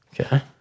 Okay